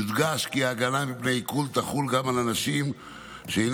יודגש כי ההגנה מפני עיקול תחול גם על אנשים שאינם